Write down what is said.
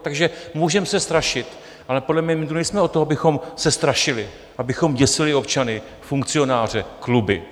Takže můžeme se strašit, ale podle mě tu nejsme od toho, abychom se strašili, abychom děsili občany, funkcionáře, kluby.